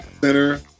center